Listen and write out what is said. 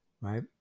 right